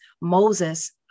Moses